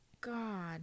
god